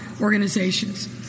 organizations